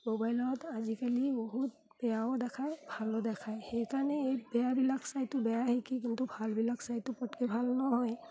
মোবাইলত আজিকালি বহুত বেয়াও দেখায় ভালো দেখায় সেইকাৰণে এই বেয়াবিলাক চাইটো বেয়াই শিকিব কিন্তু ভালবিলাক চাইটো পতকৈ ভাল নহয়